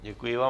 Děkuji vám.